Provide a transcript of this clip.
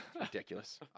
Ridiculous